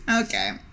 Okay